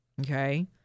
Okay